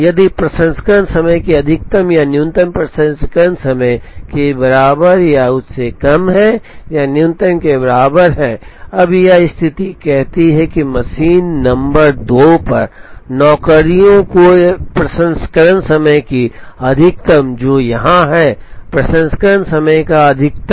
यदि प्रसंस्करण समय की अधिकतम या न्यूनतम प्रसंस्करण समय के बराबर या उससे कम है या न्यूनतम के बराबर है अब यह स्थिति कहती है कि मशीन नंबर 2 पर नौकरियों के प्रसंस्करण समय की अधिकतम जो यहाँ है प्रसंस्करण समय का अधिकतम